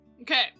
Okay